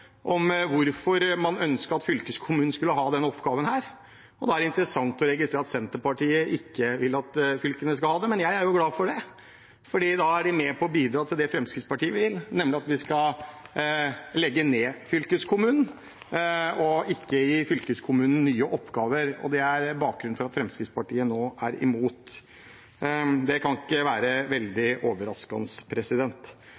om hvorfor man ønsket at fylkeskommunen skulle ha denne oppgaven. Da er det interessant å registrere at Senterpartiet ikke vil at fylkene skal ha det. Jeg er glad for det, for da er de med på å bidra til det som Fremskrittspartiet vil, nemlig at vi skal legge ned fylkeskommunen, ikke gi fylkeskommunen nye oppgaver. Det er bakgrunnen for at Fremskrittspartiet nå er imot, og det kan ikke være